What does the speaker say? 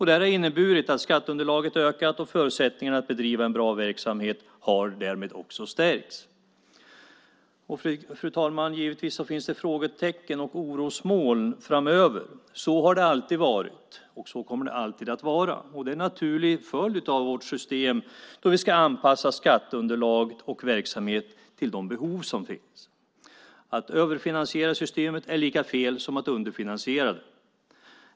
Det här har inneburit att skatteunderlaget har ökat, och förutsättningarna för att bedriva en bra verksamhet har därmed också stärkts. Fru talman! Givetvis finns det frågetecken och orosmoln framöver. Så har det alltid varit, och så kommer det alltid att vara. Det är en naturlig följd av vårt system, där vi ska anpassa skatteunderlag och verksamhet till de behov som finns. Att överfinansiera systemet är lika fel som att underfinansiera det.